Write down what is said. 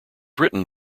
written